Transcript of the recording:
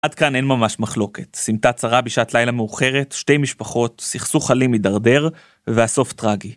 ‫עד כאן אין ממש מחלוקת. ‫סימטה צרה בשעת לילה מאוחרת, ‫שתי משפחות, ‫סכסוך אלים מדרדר, ‫והסוף טרגי.